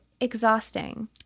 exhausting